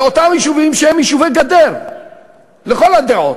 לאותם יישובים שהם יישובי גדר לכל הדעות.